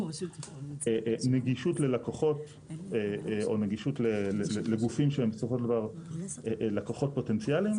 נגישות ללקוחות או נגישות לגופים שהם בסופו של דבר לקוחות פוטנציאליים,